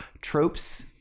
tropes